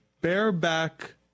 Bareback